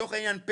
לצורך העניין,